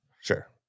sure